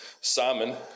Simon